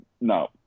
no